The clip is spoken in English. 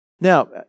Now